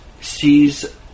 sees